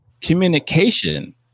communication